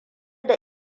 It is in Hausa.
da